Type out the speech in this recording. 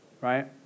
right